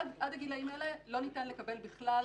עד הגילאים האלה לא ניתן לקבל בכלל